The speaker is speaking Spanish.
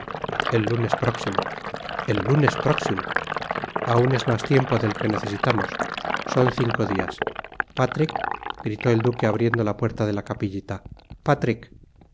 el lunes próximo el lunes próximo aun es mas tiempo del que necesitamos son cinco dias patrik gritó el duque abriendo la puerta de la capillita patrik